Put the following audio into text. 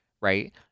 Right